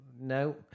No